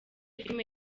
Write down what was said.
filime